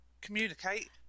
communicate